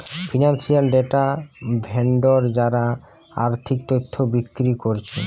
financial data vendor যারা আর্থিক তথ্য বিক্রি কোরছে